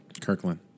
Kirkland